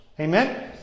Amen